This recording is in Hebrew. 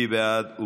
מי בעד?